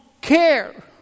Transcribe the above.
care